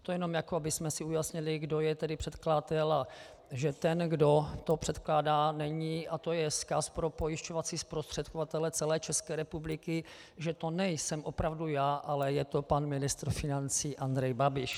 To jenom jako abychom si ujasnili, kdo je předkladatel a že ten, kdo to předkládá, není a to je vzkaz pro pojišťovací zprostředkovatele celé České republiky že to nejsem opravdu já, ale je to tedy pan ministr financí Andrej Babiš.